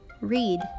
read